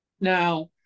Now